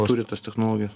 turi tas technologijas